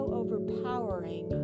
overpowering